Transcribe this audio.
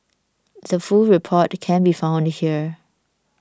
the full report can be found here